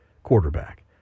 Quarterback